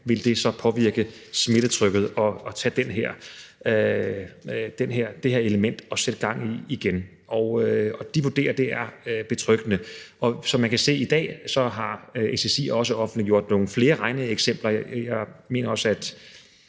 vil påvirke smittetrykket at tage det her element og sætte det i gang igen, og de vurderer, at det er betryggende. Som man også kan se i dag, har SSI offentliggjort nogle flere regneeksempler – jeg mener også,